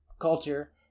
culture